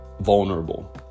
vulnerable